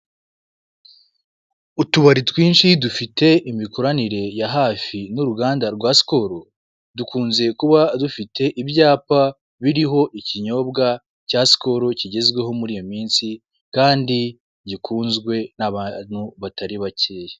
Utubari twinshi dufite imikoranire ya hafi n'uruganda rwa sikolo dukunze kuba dufite ibyapa biriho ikinyobwa cyasikolo kigezweho muri iyo minsi kandi gikunzwe n'abantu batari bakeya.